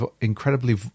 incredibly